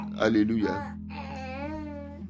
Hallelujah